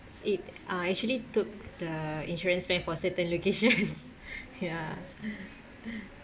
it uh actually took the insurance plan for certain locations ya